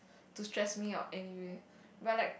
to stress me out anyway but like